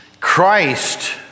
Christ